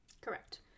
Correct